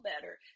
better